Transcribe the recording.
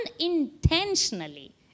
unintentionally